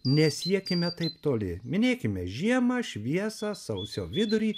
nesiekime taip toli minėkime žiemą šviesą sausio vidurį